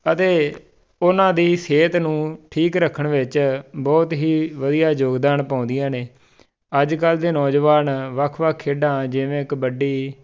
ਅਤੇ ਉਹਨਾਂ ਦੀ ਸਿਹਤ ਨੂੰ ਠੀਕ ਰੱਖਣ ਵਿੱਚ ਬਹੁਤ ਹੀ ਵਧੀਆ ਯੋਗਦਾਨ ਪਾਉਂਦੀਆਂ ਨੇ ਅੱਜ ਕੱਲ੍ਹ ਦੇ ਨੌਜਵਾਨ ਵੱਖ ਵੱਖ ਖੇਡਾਂ ਜਿਵੇਂ ਕਬੱਡੀ